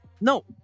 No